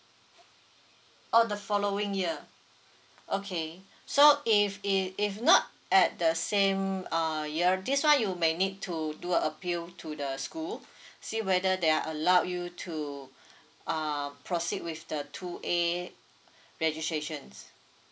oh the following year okay so if if if not at the same uh year this one you may need to do appeal to the school see whether they are allowed you to uh proceed with the two a registrations